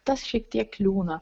tas šiek tiek kliūna